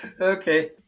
okay